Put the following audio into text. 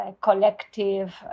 collective